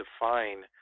define